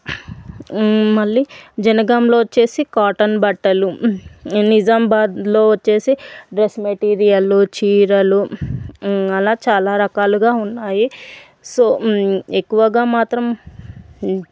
మళ్ళీ జనగాంలో వచ్చేసి కాటన్ బట్టలు నిజామాబాద్లో వచ్చేసి డ్రెస్ మెటీరియల్లు చీరలు అలా చాలా రకాలుగా ఉన్నాయి సో ఎక్కువగా మాత్రం